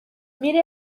mire